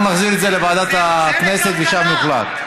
אנחנו נחזיר את זה לוועדת הכנסת ושם יוחלט.